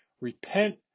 Repent